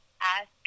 ask